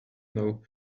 know